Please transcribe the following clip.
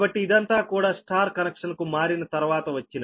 కాబట్టి ఇదంతా కూడా Yకనెక్షన్ కు మారిన తర్వాత వచ్చినది